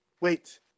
wait